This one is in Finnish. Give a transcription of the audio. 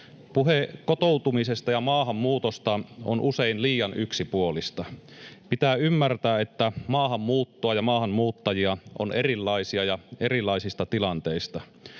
Puhe kotoutumisesta ja maahanmuutosta on usein liian yksipuolista. Pitää ymmärtää, että maahanmuuttoa ja maahanmuuttajia on erilaisia ja erilaisista tilanteista.